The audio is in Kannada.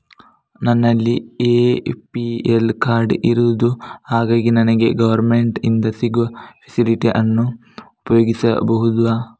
ನನ್ನಲ್ಲಿ ಎ.ಪಿ.ಎಲ್ ಕಾರ್ಡ್ ಇರುದು ಹಾಗಾಗಿ ನನಗೆ ಗವರ್ನಮೆಂಟ್ ಇಂದ ಸಿಗುವ ಫೆಸಿಲಿಟಿ ಅನ್ನು ಉಪಯೋಗಿಸಬಹುದಾ?